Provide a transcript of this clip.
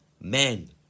men